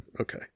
Okay